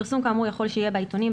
פרסום כאמור יכול שיהיה בעיתונים,